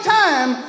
time